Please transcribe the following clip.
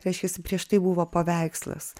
reiškiasi prieš tai buvo paveikslas